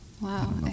Wow